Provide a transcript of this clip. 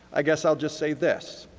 i guess i will just say this,